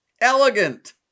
elegant